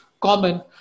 common